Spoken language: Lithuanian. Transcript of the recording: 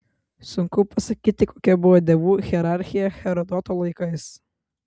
sunku pasakyti kokia buvo dievų hierarchija herodoto laikais